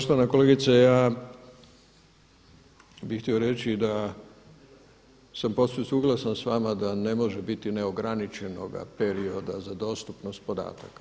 Poštovana kolegice ja bih htio reći da sam posve suglasan s vama da ne može biti neograničenoga perioda za dostupnost podataka.